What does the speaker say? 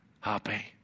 happy